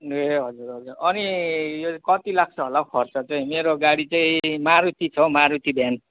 ए हजुर हजुर अनि कति लाग्छ होला है खर्च चाहिँ मेरो गाडी चाहिँ मरुती छ हौ मारुती भ्यान